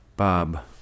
Bob